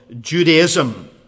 Judaism